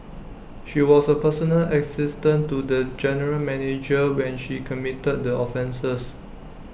she was A personal assistant to the general manager when she committed the offences